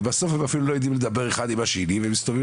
ובסוף הם אפילו לא יודעים לדבר אחד עם השני ומסתובבים